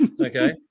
okay